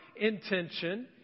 intention